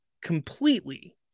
completely